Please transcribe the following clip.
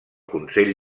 consell